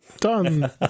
Done